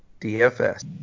DFS